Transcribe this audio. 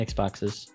Xboxes